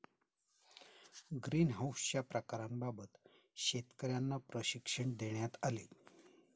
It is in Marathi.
ग्रीनहाउसच्या प्रकारांबाबत शेतकर्यांना प्रशिक्षण देण्यात आले